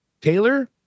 Taylor